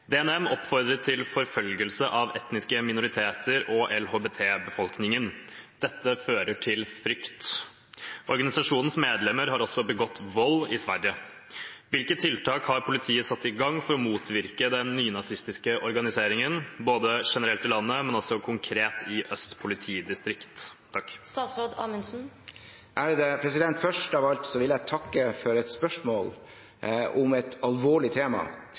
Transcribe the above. NMB oppfordrer til forfølgelse av etniske minoriteter og LHBT-befolkningen. Dette fører til frykt. Organisasjonens medlemmer har også begått vold i Sverige. Hvilke tiltak har politiet satt i gang for å motvirke den nynazistiske organiseringen, både generelt i landet, men også konkret i Øst politidistrikt?» Først av alt vil jeg takke for et spørsmål om et alvorlig tema.